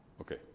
Okay